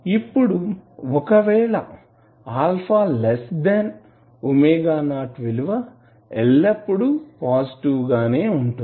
ఇప్పుడు ఒకవేళ α ⍵0 విలువ ఎల్లప్పుడు పాజిటివ్ గానే ఉంటుంది